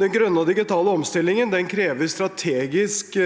Den grønne og digitale omstillingen krever strategisk